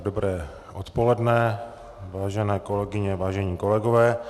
Dobré odpoledne, vážené kolegyně, vážení kolegové.